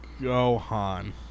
Gohan